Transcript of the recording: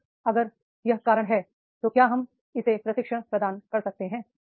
और अगर यह कारण है तो क्या हम उसे प्रशिक्षण प्रदान कर सकते हैं